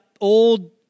old